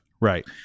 Right